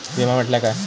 विमा म्हटल्या काय?